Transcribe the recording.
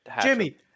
Jimmy